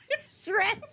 stress